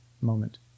moment